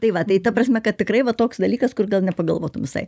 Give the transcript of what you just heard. tai va tai ta prasme kad tikrai va toks dalykas kur gal nepagalvotum visai